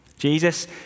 Jesus